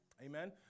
Amen